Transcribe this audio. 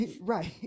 right